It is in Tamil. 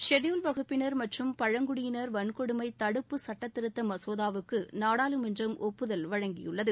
ஷெட்யூல்ட் வகுப்பினர் மற்றும் பழங்குடியினர் வன்கொடுமை தடுப்பு சட்டதிருத்த மசோதாவுக்கு நாடாளுமன்றம் ஒப்புதல் வழங்கியுள்ளது